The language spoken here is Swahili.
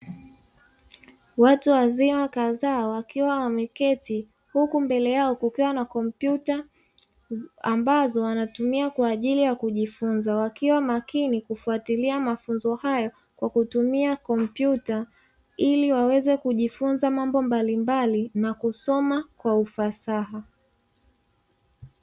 Watu wazima kadhaa wakiwa wameketi, huku mbele yao kukiwa na kompyuta ambazo wanatumia kwa ajili ya kujifunza. Wakiwa makini kufuatilia mafunzo hayo kwa kutumia kompyuta ili waweze kujifunza mambo mbalimbali na kusoma kwa ufasaha.